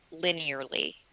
linearly